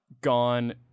gone